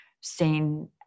seen